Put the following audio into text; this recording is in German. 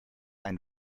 ein